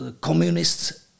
communists